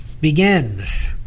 begins